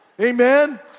Amen